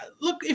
look